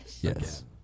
Yes